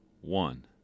one